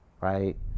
right